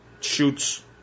shoots